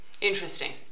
Interesting